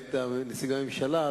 למעט נציג הממשלה,